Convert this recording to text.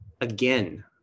again